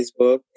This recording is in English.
Facebook